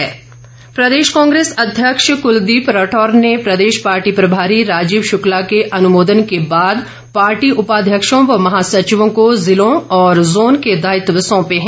कुलदीप राठौर प्रदेश कांग्रेस अध्यक्ष कुलदीप राठौर ने प्रदेश पार्टी प्रभारी राजीव शुक्ला के अनुमोदन के बाद पार्टी उपाध्यक्षों व महासचिवों को जिलों और ज़ोन के दायित्व सौंपे हैं